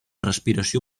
respiració